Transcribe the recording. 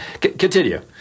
Continue